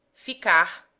ficar,